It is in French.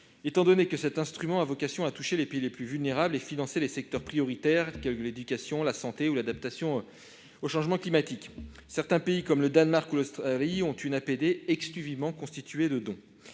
étant donné que cet instrument a vocation à toucher les pays les plus vulnérables et à financer les secteurs prioritaires comme l'éducation, la santé ou l'adaptation au changement climatique. Certains pays comme le Danemark ou l'Australie ont une APD exclusivement constituée de dons.